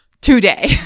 today